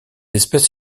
espèce